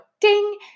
ding